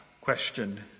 question